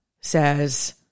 says